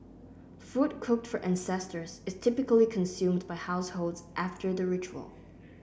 food cooked for ancestors is typically consumed by households after the ritual